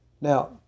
Now